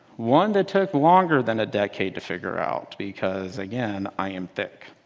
one that took longer than a decade to figure out because again, i am thick.